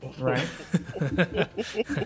Right